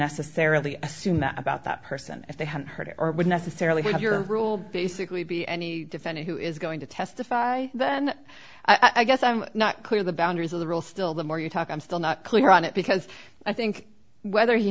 necessarily assume that about that person if they had heard it or would necessarily have your rule basically be any defendant who is going to testify then i guess i'm not clear the boundaries of the rule still the more you talk i'm still not clear on it because i think whether he